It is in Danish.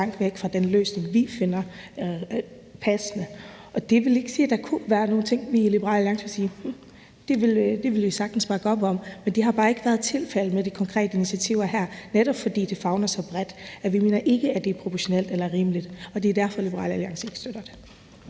for langt væk fra den løsning, som vi finder passende. Det vil ikke sige, at der ikke kunne være nogle ting, hvor vi i Liberal Alliance ville sige, at det ville vi sagtens kunne bakke op om. Men det har bare ikke været tilfældet med de konkrete initiativer her, netop fordi det favner så bredt, at vi ikke mener, det er proportionelt eller rimeligt, og det er derfor, Liberal Alliance ikke støtter